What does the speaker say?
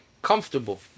Comfortable